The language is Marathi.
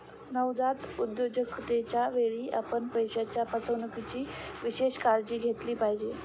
नवजात उद्योजकतेच्या वेळी, आपण पैशाच्या फसवणुकीची विशेष काळजी घेतली पाहिजे